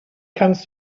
kannst